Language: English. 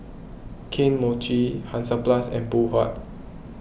Kane Mochi Hansaplast and Phoon Huat